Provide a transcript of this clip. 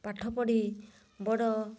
ପାଠପଢ଼ି ବଡ଼